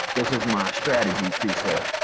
this is my strategy preset.